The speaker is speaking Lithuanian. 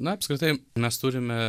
na apskritai mes turime